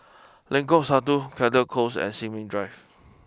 Lengkok Satu Caldecott close and Sin Ming Drive